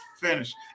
finish